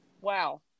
Wow